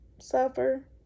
Suffer